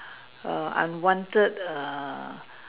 err unwanted err